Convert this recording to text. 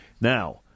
now